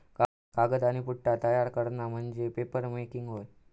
कागद आणि पुठ्ठा तयार करणा म्हणजे पेपरमेकिंग होय